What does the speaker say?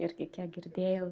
irgi kiek girdėjau